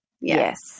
yes